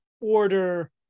order